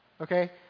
Okay